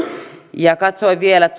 katsoin vielä